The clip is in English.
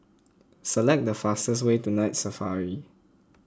select the fastest way to Night Safari